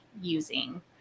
using